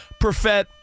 Profet